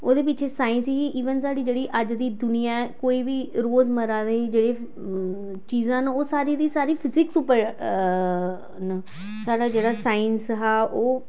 ओह्दे पिच्छें साइंस ही इवन साढ़ी जेह्ड़ी अज्ज दी दुनिया ऐ कोई बी रोजमर्रा दी जेह्ड़ी चीजां न ओह् सारी दी सारी फिजिक्स उप्पर न साढ़ा जेह्ड़ा साइंस हा ओह्